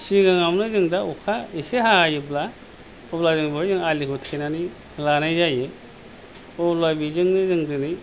सिगाङावनो जों दा अखा एसे हायोब्ला अब्ला जों बेहाय आलिखौ थेनानै लानाय जायो अब्ला बेजोंनो जों दिनै